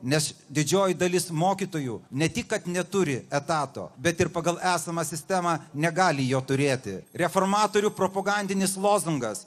nes didžioji dalis mokytojų ne tik kad neturi etato bet ir pagal esamą sistemą negali jo turėti reformatorių propagandinis lozungas